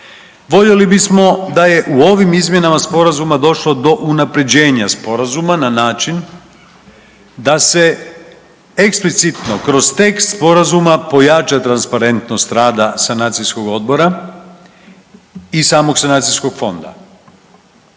voljeli bismo da je u ovim izmjenama sporazuma došlo do unaprjeđenja sporazuma na način da se eksplicitno kroz tekst sporazuma pojača transparentnost rada sanacijskog odbora i samog sanacijskog fonda.